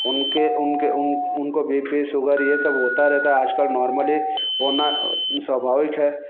उनके उनको B P sugar ये सब होता रहता है आजकल नॉर्मली होना स्वाभाविक है